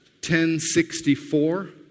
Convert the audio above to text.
1064